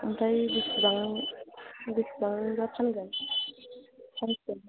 ओमफ्राय बेसेबां बेसबांबा फानगोन फांसेआव